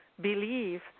believe